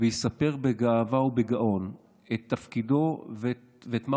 ויספר בגאווה ובגאון על תפקידו ועל מה